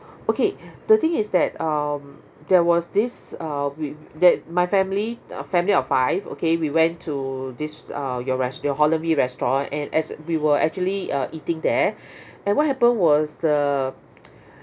okay the thing is that um there was this uh we we that my family a family of five okay we went to this uh your res~ your holland V restaurant and as we were actually uh eating there and what happened was the